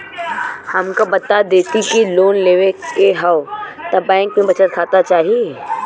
हमके बता देती की लोन लेवे के हव त बैंक में बचत खाता चाही?